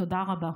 תודה רבה.